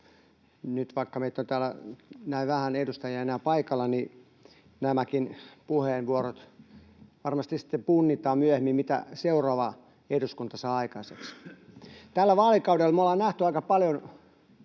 ja vaikka meitä nyt on täällä näin vähän edustajia enää paikalla, niin nämäkin puheenvuorot varmasti sitten punnitaan myöhemmin sitä vasten, mitä seuraava eduskunta saa aikaiseksi. [Tuomas Kettunen: Just näin!] Tällä vaalikaudella me ollaan nähty aika paljon